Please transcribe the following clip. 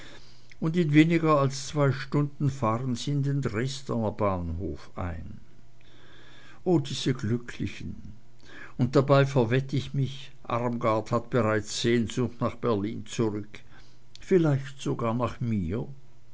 und in weniger als zwei stunden fahren sie in den dresdener bahnhof ein o diese glücklichen und dabei verwett ich mich armgard hat bereits sehnsucht nach berlin zurück vielleicht sogar nach mir